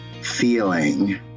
feeling